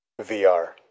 VR